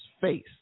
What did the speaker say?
face